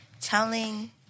telling